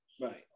right